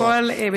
הכול בסדר.